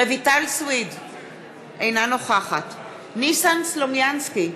אינה נוכחת ניסן סלומינסקי,